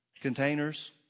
containers